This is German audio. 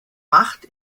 macht